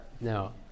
No